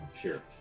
Sure